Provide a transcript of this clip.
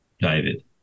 David